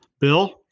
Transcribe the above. Bill